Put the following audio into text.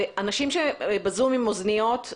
הנוהל הזה לא מיושם בשטח.